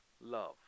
Love